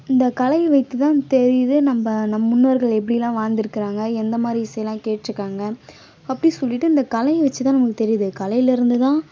இந்தக் கலை வைத்து தான் தெரியுது நம்ம நம் முன்னோர்கள் எப்படிலாம் வாழ்ந்து இருக்கிறாங்க எந்த மாதிரி இசைலாம் கேட்டிருக்காங்க அப்படி சொல்லிட்டு இந்த கலையை வச்சி தான் நமக்கு தெரியுது கலையிலேருந்து தான்